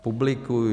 Publikují.